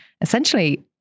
essentially